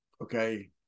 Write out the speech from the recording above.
okay